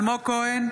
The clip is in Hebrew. אלמוג כהן,